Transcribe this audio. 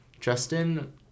Justin